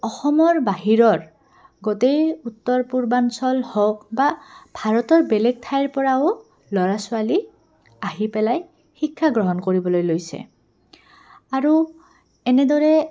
অসমৰ বাহিৰৰ গোটেই উত্তৰ পূৰ্বাঞ্চল হওক বা ভাৰতৰ বেলেগ ঠাইৰপৰাও ল'ৰা ছোৱালী আহি পেলাই শিক্ষা গ্ৰহণ কৰিবলৈ লৈছে আৰু এনেদৰে